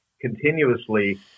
continuously